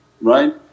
right